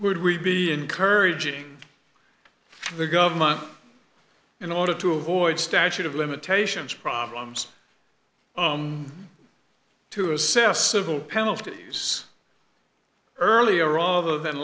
would we be encouraging the government in order to avoid statute of limitations problems to assess civil penalties earlier rather than